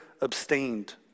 abstained